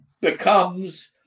becomes